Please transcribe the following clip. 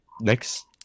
next